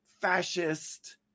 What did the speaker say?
fascist